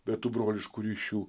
be tų broliškų ryšių